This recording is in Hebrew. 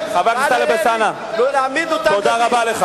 טלב אלסאנע, תודה רבה.